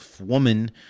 woman